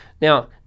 Now